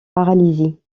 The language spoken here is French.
paralysie